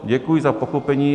Děkuji za pochopení.